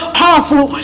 powerful